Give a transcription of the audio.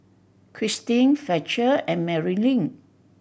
Christine Fletcher and Marilynn